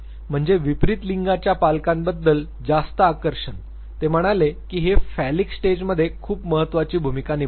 म्हणजे विपरीत लिंगाच्या पालकांबद्दल जास्त आकर्षण ते म्हणाले की हे फॅलीक स्टेजमध्ये खूप महत्वाची भूमिका निभावते